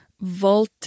vault